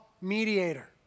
mediator